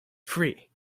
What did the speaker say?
free